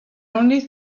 only